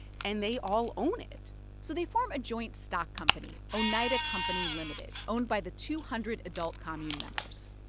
and they all own it so they form a joint stock company, oneida company limited, owned by the two hundred adult commune members.